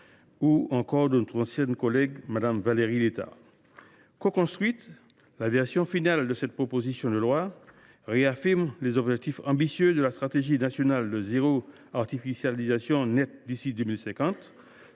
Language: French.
ou encore par notre ancienne collègue Valérie Létard. La version finale de cette proposition de loi coconstruite réaffirme les objectifs ambitieux de la stratégie nationale de zéro artificialisation nette d’ici à 2050,